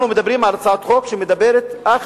אנחנו מדברים על הצעת חוק שמדברת אך